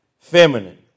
feminine